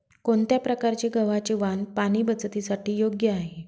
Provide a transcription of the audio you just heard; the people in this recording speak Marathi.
कोणत्या प्रकारचे गव्हाचे वाण पाणी बचतीसाठी योग्य आहे?